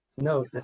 No